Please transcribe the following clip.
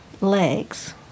legs